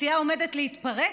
הסיעה שעומדת להתפרק,